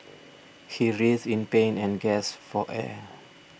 he writhed in pain and gasped for air